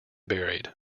buried